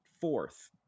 fourth